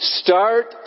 start